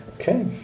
Okay